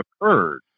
occurred